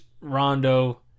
Rondo